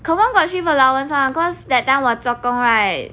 confirm got shift allowance [one] cause that time 我做工 right